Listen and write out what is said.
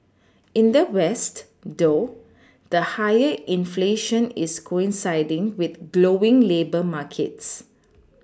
in the west though the higher inflation is coinciding with glowing labour markets